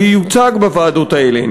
ייוצג בוועדות האלה,